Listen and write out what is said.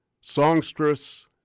songstress